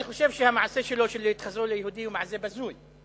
אני חושב שהמעשה שלו של להתחזות ליהודי הוא מעשה בזוי,